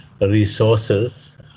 resources